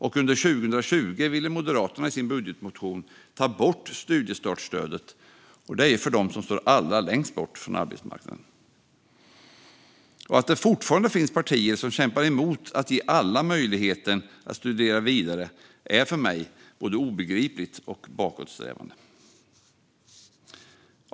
Och under 2020 ville Moderaterna i sin budgetmotion ta bort studiestartsstödet för dem som står allra längst bort från arbetsmarknaden. Att det fortfarande finns partier som kämpar emot att ge alla möjligheten att studera vidare är för mig både obegripligt och bakåtsträvande.